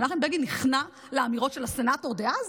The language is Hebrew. שמנחם בגין נכנע לאמירות של הסנאטור דאז,